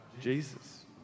Jesus